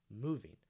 moving